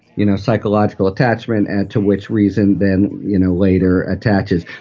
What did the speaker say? you know, psychological attachment and to which reason then, you know, later attaches.